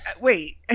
Wait